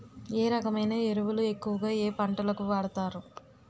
ఏ రకమైన ఎరువులు ఎక్కువుగా ఏ పంటలకు వాడతారు?